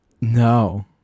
No